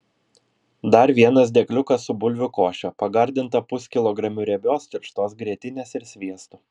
dar vienas dėkliukas su bulvių koše pagardinta puskilogramiu riebios tirštos grietinės ir sviestu